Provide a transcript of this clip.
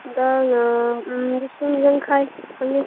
ꯗꯥꯜꯅ ꯂꯤꯁꯤꯡ ꯌꯥꯡꯈꯩ ꯐꯪꯉꯦ